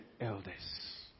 elders